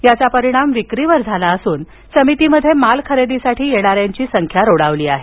याचा परिणाम विक्रीवर झाला असून समितीमध्ये माल खरेदीसाठी येणारी संख्या रोडावली आहे